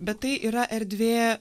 bet tai yra erdvė